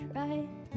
right